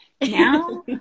Now